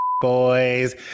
Boys